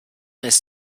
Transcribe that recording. ist